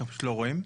אנחנו לא רואים.